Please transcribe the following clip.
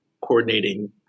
coordinating